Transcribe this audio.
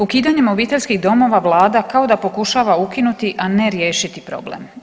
Ukidanjem obiteljskih domova Vlada kao da pokušava ukinuti, a ne riješiti problem.